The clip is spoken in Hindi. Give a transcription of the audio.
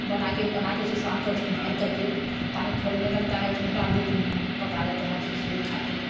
बना के बना के उसको सान के भर कर के पानी खौलने लगता है उसमें डाल देती हूँ पका जाता है उसे इसलिए खाते हैं